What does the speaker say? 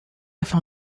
afin